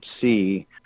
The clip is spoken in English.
see